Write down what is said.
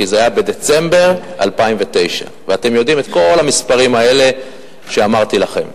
כי זה היה בדצמבר 2009. ואתם יודעים את כל המספרים האלה שאמרתי לכם.